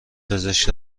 پزشک